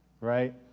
right